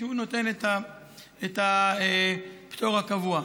שהוא נותן את הפטור הקבוע.